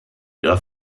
ihrer